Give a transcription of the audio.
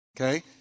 Okay